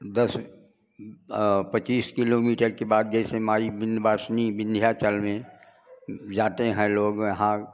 दस पच्चीस किलोमीटर के बाद जैसे माई विंदयावासिनी विंदयाचल में जाते हैं लोग यहाँ